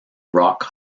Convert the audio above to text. rock